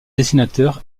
dessinateur